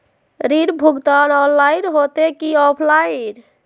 ऋण भुगतान ऑनलाइन होते की ऑफलाइन?